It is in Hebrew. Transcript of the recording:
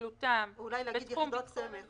פעילותם בתחום ביטחון המדינה- -- אולי להגיד יחידות סמך.